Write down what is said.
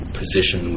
position